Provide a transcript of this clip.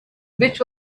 which